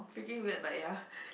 freaking weird but yea